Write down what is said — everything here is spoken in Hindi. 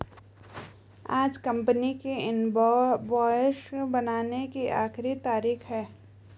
आज कंपनी की इनवॉइस बनाने की आखिरी तारीख है